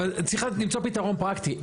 אבל צריך רק למצוא פתרון פרקטי.